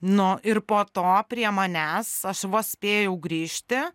nu ir po to prie manęs aš vos spėjau grįžti